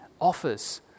offers